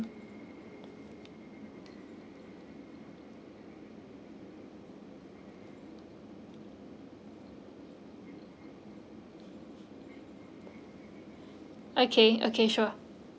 okay okay sure